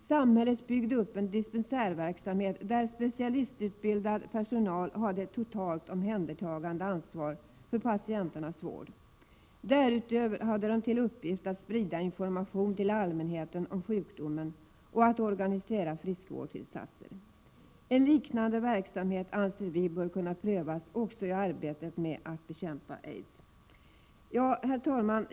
Samhället byggde upp en dispensärverksamhet, där specialistutbildad personal hade ett totalt omhändertagandean svar för patienternas vård. Därutöver hade denna personal till uppgift att sprida information till allmänheten om sjukdomen och att organisera friskvårdsinsatser. En liknande verksamhet anser vi bör kunna prövas också i arbetet med att bekämpa aids. Herr talman!